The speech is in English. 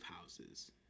houses